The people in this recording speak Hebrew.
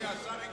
הנה, השר הגיע.